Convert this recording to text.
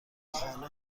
خانه